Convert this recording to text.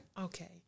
Okay